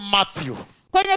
Matthew